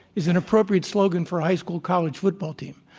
is an appropriate slogan for a high school college football team.